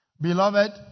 Beloved